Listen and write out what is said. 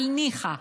אבל ניחא.